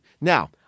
Now